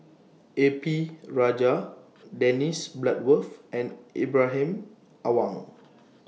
A P Rajah Dennis Bloodworth and Ibrahim Awang